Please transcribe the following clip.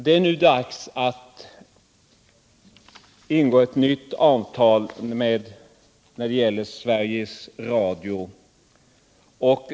Det är nu dags att träffa nytt avtal när det gäller Sveriges Radio.